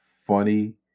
Funny